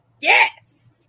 Yes